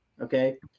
Okay